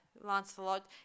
Lancelot